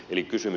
eli kysymys